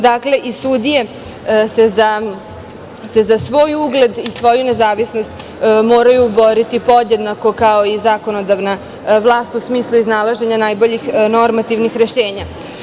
Dakle, i sudije se za svoj ugled i svoju nezavisnost moraju boriti podjednako kao i zakonodavna vlast, a u smislu iznalaženja najboljih normativnih rešenja.